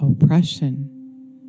oppression